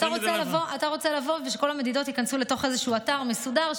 אתה רוצה לבוא ושכל המדידות ייכנסו לתוך איזשהו אתר מסודר,